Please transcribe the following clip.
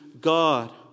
God